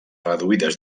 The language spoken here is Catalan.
reduïdes